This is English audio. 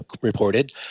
reported